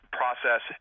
process